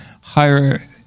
higher